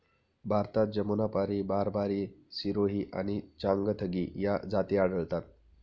भारतात जमुनापारी, बारबारी, सिरोही आणि चांगथगी या जाती आढळतात